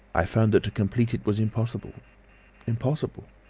i found that to complete it was impossible impossible.